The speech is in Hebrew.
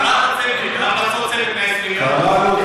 קראת המלצות צוות, קראנו אותן.